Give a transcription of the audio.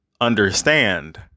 understand